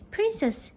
Princess